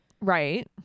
Right